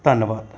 ਧੰਨਵਾਦ